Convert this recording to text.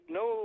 no